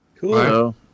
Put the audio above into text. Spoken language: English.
cool